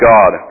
God